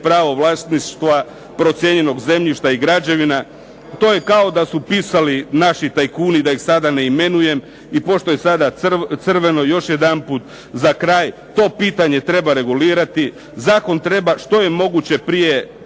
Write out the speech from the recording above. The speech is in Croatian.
pravo vlasništva procijenjenog zemljišta i građevina. To je kao da su pisali naši tajkuni da ih sada ne imenujem. I pošto je sada crveno, još jedanput za kraj, to pitanje treba regulirati, zakon treba što je moguće prije